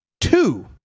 Two